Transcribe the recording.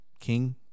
King